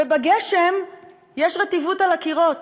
ובגשם יש רטיבות על הקירות,